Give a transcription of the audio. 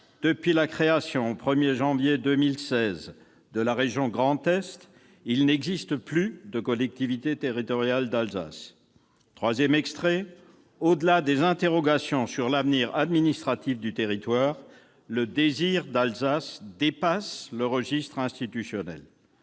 Depuis la création, au 1 janvier 2016, de la région Grand Est, il n'existe plus de collectivité territoriale d'Alsace. » Troisièmement :« Au-delà des interrogations sur l'avenir administratif du territoire, le " désir d'Alsace " dépasse le registre institutionnel.